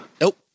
Nope